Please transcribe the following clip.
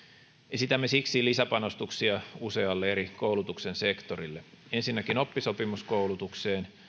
esitämme siksi lisäpanostuksia usealle eri koulutuksen sektorille ensinnäkin oppisopimuskoulutukseen